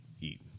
eat